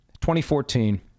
2014